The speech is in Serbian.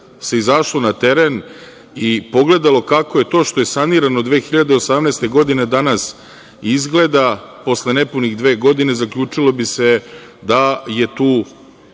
izašlo na teren i pogledalo kako je to što je sanirano 2018. godine, danas izgleda, posle nepunih dve godine, zaključilo bi se da je tu